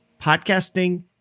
podcasting